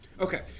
Okay